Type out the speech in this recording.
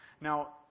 Now